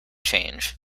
change